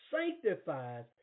sanctifies